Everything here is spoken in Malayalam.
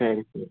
ശരി